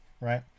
right